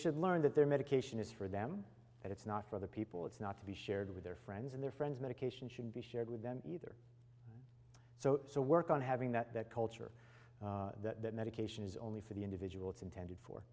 should learn that their medication is for them that it's not for other people it's not to be shared with their friends and their friends medication should be shared with them either so so work on having that that culture that medication is only for the individual it's intended for